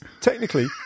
technically